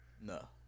No